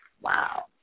Wow